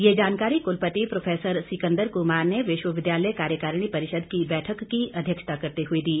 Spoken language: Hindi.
यह जानकारी कुलपति प्रोफेसर सिकंदर कुमार ने विश्वविद्यालय कार्यकारिणी परिषद की बैठक की अध्यक्षता करते हुए दी